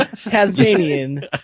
tasmanian